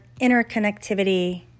interconnectivity